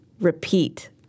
Repeat